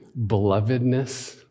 belovedness